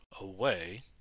away